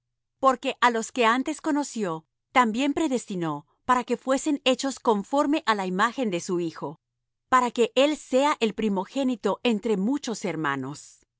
porque á los que antes conoció también predestinó para que fuesen hechos conformes á la imagen de su hijo para que él sea el primogénito entre muchos hermanos